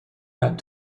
had